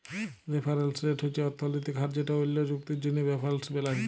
referrals rate হছে অথ্থলৈতিক হার যেট অল্য চুক্তির জ্যনহে রেফারেলস বেলায়